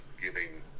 giving